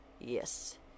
Yes